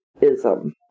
ism